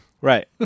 Right